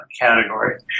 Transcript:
category